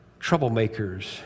troublemakers